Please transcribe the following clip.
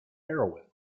heroine